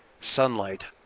sunlight